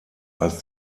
als